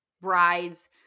brides